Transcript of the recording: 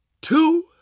two